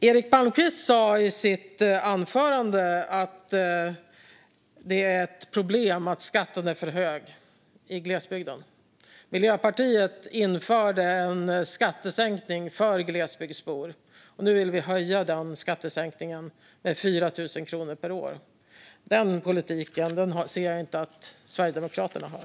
Eric Palmqvist sa i sitt anförande att det är ett problem att skatten är för hög i glesbygden. Miljöpartiet införde en skattesänkning för glesbygdsbor. Den skattesänkningen vill vi nu höja med 4 000 kronor per år. Den politiken ser jag inte att Sverigedemokraterna har.